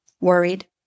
worried